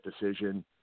decision